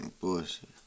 Bullshit